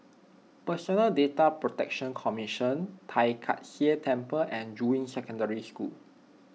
Personal Data Protection Commission Tai Kak Seah Temple and Juying Secondary School